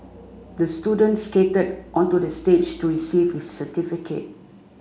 the student skated onto the stage to receive his certificate